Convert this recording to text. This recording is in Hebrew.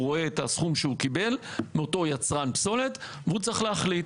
הוא רואה את הסכום שהוא קיבל מאותו יצרן פסולת והוא צריך להחליט.